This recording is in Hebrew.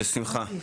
בשמחה.